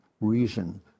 reason